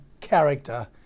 character